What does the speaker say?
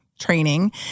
training